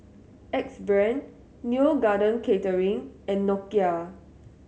Axe Brand Neo Garden Catering and Nokia